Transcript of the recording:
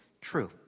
true